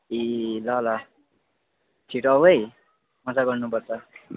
ए ल ल छिटो आऊ है मजा गर्नु पर्छ